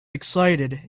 excited